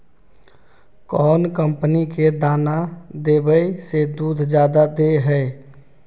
कौन कंपनी के दाना देबए से दुध जादा दे है?